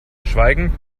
schweigend